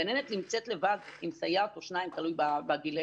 גננת נמצאת לבד עם סייעת או שתיים, תלוי בגילים.